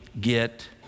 get